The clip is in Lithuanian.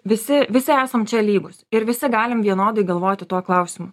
visi visi esam čia lygūs ir visi galim vienodai galvoti tuo klausimu